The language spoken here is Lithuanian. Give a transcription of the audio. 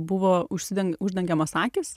buvo užsiden uždengiamos akys